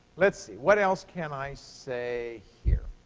let's see. what else can i say here?